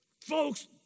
Folks